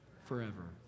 forever